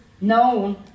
known